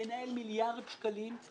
מנהל מיליארד שקלים,